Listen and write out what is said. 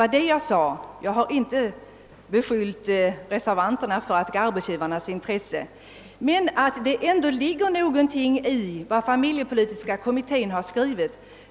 När man läser remissyttrandena från både LO och TCO, måste man få uppfattningen att det ligger någonting i vad familjepolitiska kommittén har skrivit.